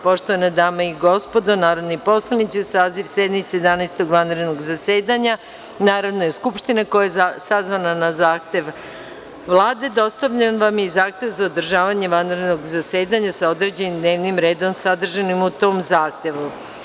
Poštovane dame i gospodo narodni poslanici, uz saziv sednice Jedanaestog vanrednog zasedanja Narodne skupštine, koja je sazvana na zahtev Vlade, dostavljen vam je zahtev za održavanje vanrednog zasedanja sa određenim dnevnim redom sadržanim u tom zahtevu.